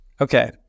Okay